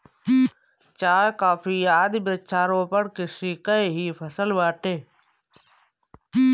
चाय, कॉफी आदि वृक्षारोपण कृषि कअ ही फसल बाटे